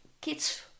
kids